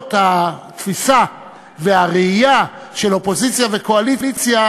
ונפלאות התפיסה והראייה של אופוזיציה וקואליציה,